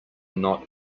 not